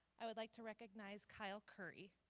i would like to recognize kyle curry